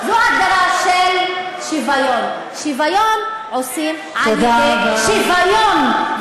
זו ההגדרה של שוויון: שוויון עושים על-ידי שוויון,